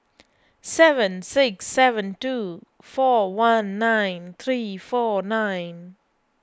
seven six seven two four one nine three four nine